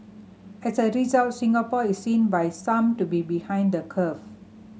as a result Singapore is seen by some to be behind the curve